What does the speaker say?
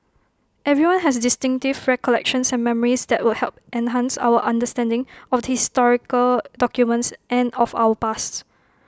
everyone has distinctive recollections and memories that would help enhance our understanding of the historical documents and of our past